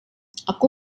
aku